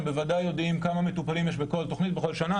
הם בוודאי יודעים כמה מטופלים בכל תוכנית בכל שנה,